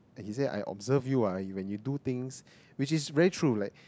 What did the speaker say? he said I observed you ah when you do things which is very true like